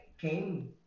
came